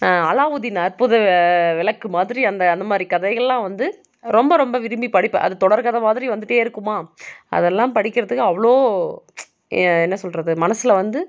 அலாவுதீன் அற்புத விளக்கு மாதிரி அந்த அந்த மாதிரி கதைகளெலாம் வந்து ரொம்ப ரொம்ப விரும்பி படிப்பேன் அது அது தொடர்கதை மாதிரி வந்துகிட்டே இருக்குமா அதெல்லாம் படிக்கிறதுக்கு அவ்வளோ என்ன சொல்வது மனசில் வந்து